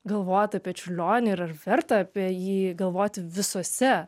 galvoti apie čiurlionį ar verta apie jį galvoti visose